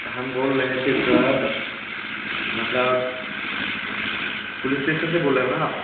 हम बोल रहे थे सर मतलब पुलिस स्टेसन से बोल रहे हो ना आप